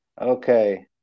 Okay